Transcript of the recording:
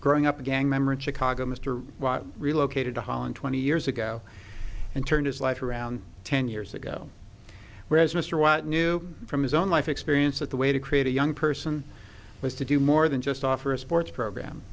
growing up gang member in chicago mr watt relocated to holland twenty years ago and turned his life around ten years ago whereas mr watt knew from his own life experience that the way to create a young person was to do more than just offer a sports program